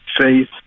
faith